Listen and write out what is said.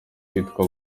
kwitwa